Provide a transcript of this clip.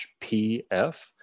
PF